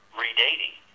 redating